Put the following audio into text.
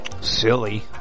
silly